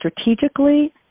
strategically